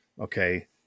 okay